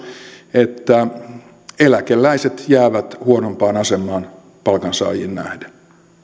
että eläkeläiset jäävät huonompaan asemaan palkansaajiin nähden